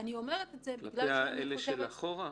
כלפי אלה של העבר?